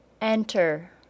Enter